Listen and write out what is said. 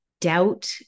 doubt